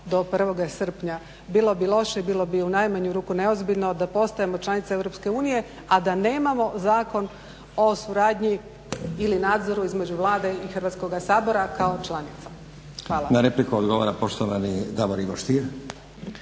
do 1. srpnja. Bilo bi loše, bilo bi u najmanju ruku neozbiljno da postajemo članica EU a da nemamo Zakon o suradnji ili nadzoru između Vlade i Hrvatskoga sabora kao članica. Hvala. **Stazić, Nenad (SDP)** Na repliku odgovara poštovani Davor Ivo Stier.